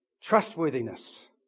trustworthiness